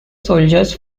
soldiers